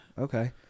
Okay